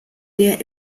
der